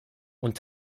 und